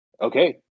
Okay